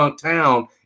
town